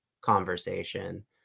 conversation